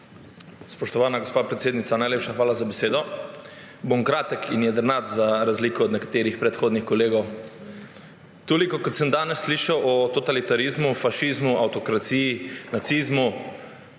Spoštovana gospa predsednica, najlepša hvala za besedo. Bom kratek in jedrnat, za razliko od nekaterih predhodnih kolegov. Toliko, kot sem danes slišal o totalitarizmu, fašizmu, avtokraciji, nacizmu